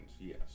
yes